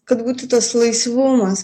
kad būtų tas laisvumas